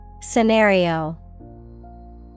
Scenario